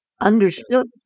understood